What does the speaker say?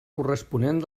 corresponent